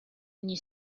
ogni